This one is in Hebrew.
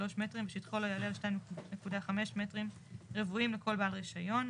מטרים ושטחו לא יעלה על 2.5 מ"ר לכל בעל רישיון,